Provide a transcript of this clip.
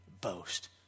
boast